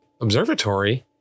Observatory